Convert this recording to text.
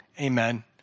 Amen